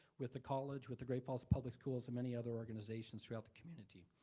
with the college, with the great falls public schools and many other organizations throughout the community.